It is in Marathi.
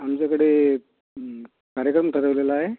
आमच्याकडे कार्यक्रम ठरवलेला आहे